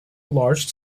large